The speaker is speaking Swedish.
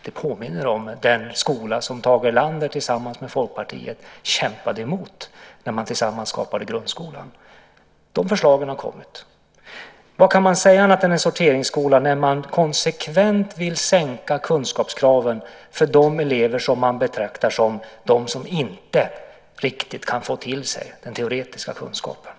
Det påminner om den skola som Tage Erlander tillsammans med Folkpartiet kämpade mot när man tillsammans skapade grundskolan. De förslagen har nu kommit. Vad kan vi säga annat än att det är en sorteringsskola när man konsekvent vill sänka kunskapskraven för de elever som man betraktar som sådana som inte riktigt kan få till sig den teoretiska kunskapen?